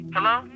Hello